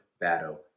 battle